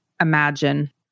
imagine